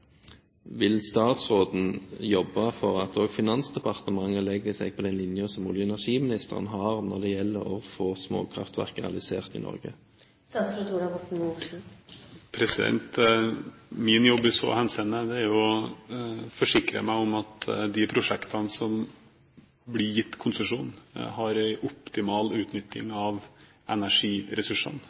Vil statsråden jobbe for at også Finansdepartementet legger seg på den linjen som olje- og energiministeren har, når det gjelder å få småkraftverk realisert i Norge? Min jobb i så henseende er å forsikre meg om at de prosjektene som blir gitt konsesjon, har en optimal utnyttelse av energiressursene